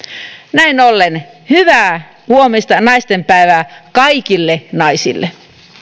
näin ollen hyvää huomista naistenpäivää kaikille naisille